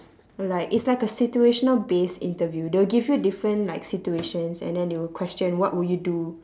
like it's like a situational based interview they'll give you different like situations and then they will question what would you do